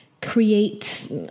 create